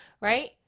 right